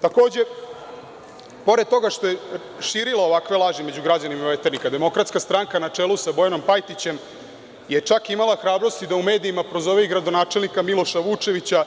Takođe, pored toga što je širila ovakve laži među građanima Veternika, DS je na čelu sa Bojanom Pajtićem čak imala hrabrosti da u medijima prozove i gradonačelnika Miloša Vučevića